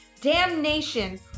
damnation